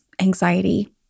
anxiety